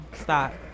Stop